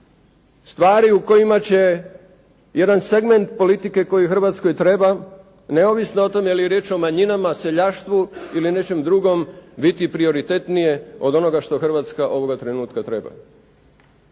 stvari u kojima će jedan segment politike koji Hrvatskoj treba, neovisno o tome je li riječ o manjinama, seljaštvu ili nečem drugom biti prioritetnije od onoga što Hrvatska ovoga trenutka treba.